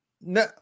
No